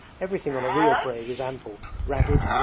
everything on a real brave is ample, ragged,